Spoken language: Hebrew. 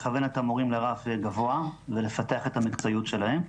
לכוון את המורים לרף גבוה ולפתח את המקצועיות שלהם,